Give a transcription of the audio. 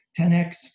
10x